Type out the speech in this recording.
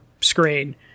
screen